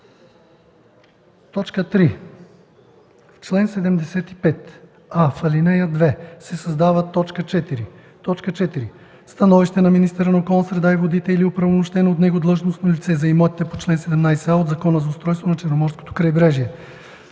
закон.” 3. В чл. 75: а) в ал. 2 се създава т. 4: „4. становище на министъра на околната среда и водите или оправомощено от него длъжностно лице – за имотите по чл. 17а от Закона за устройството на Черноморското крайбрежие.”;